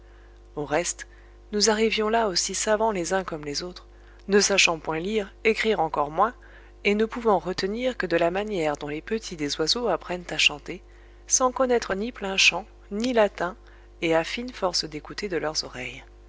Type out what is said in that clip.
au reste nous arrivions là aussi savants les uns comme les autres ne sachant point lire écrire encore moins et ne pouvant retenir que de la manière dont les petits des oiseaux apprennent à chanter sans connaître ni plain chant ni latin et à fine force d'écouter de leurs oreilles